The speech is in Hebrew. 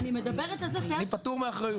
אני פטור מאחריות.